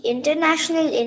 International